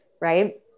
right